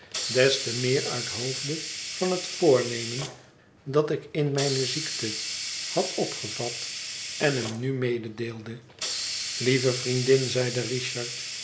des te meer uit hoofde van het voornemen dat ik in mijne ziekte had opgevat en hem nu mededeelde lieve vriendin zeide richard